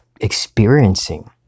experiencing